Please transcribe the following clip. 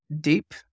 deep